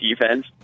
defense